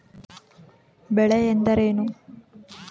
ಬೆಳೆ ಎಂದರೇನು?